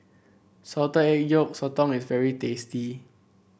Salted Egg Yolk Sotong is very tasty